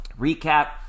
recap